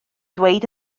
dweud